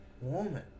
woman